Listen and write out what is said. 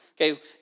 Okay